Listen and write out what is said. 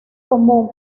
común